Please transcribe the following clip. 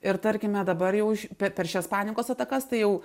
ir tarkime dabar jau per šias panikos atakas tai jau